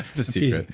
the secret.